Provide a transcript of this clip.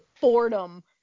boredom